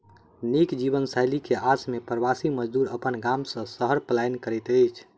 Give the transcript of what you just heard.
नीक जीवनशैली के आस में प्रवासी मजदूर अपन गाम से शहर पलायन करैत अछि